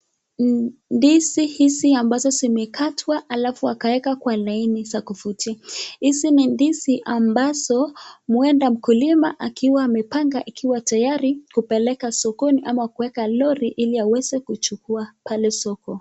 Ndizi hizi ambazo zimekatwa alafu amewekwa kwa laini ya kufutia, hizi ni ndizi ambazo huenda mkulima akiwa amepanga akiwa tayari kupeleka sokoni am kuweka lori hili aweze kujukua pale soko.